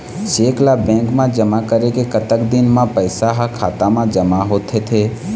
Cheque ला bank मा जमा करे के कतक दिन मा पैसा हा खाता मा जमा होथे थे?